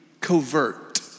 covert